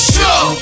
Show